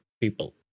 people